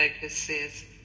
focuses